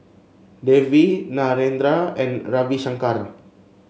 Devi Narendra and Ravi Shankar